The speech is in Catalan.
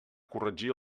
corregir